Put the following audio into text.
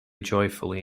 joyfully